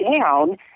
down